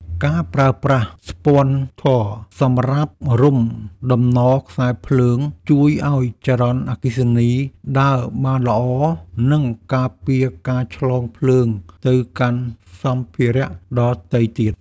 ការប្រើប្រាស់ស្ពាន់ធ័រសម្រាប់រុំតំណខ្សែភ្លើង ជួយឱ្យចរន្តអគ្គិសនីដើរបានល្អ និងការពារការឆ្លងភ្លើងទៅកាន់សម្ភារៈដទៃទៀត។